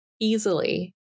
easily